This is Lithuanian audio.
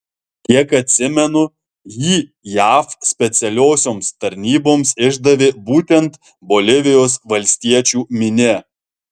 kiek atsimenu jį jav specialiosioms tarnyboms išdavė būtent bolivijos valstiečių minia